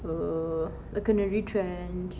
err dia kena retrenched